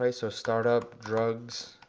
ah so startup drugz,